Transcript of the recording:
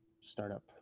startup